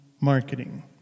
Marketing